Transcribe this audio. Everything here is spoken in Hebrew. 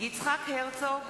יצחק הרצוג,